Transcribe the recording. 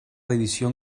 división